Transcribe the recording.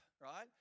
right